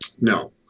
No